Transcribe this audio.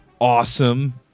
awesome